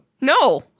No